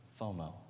FOMO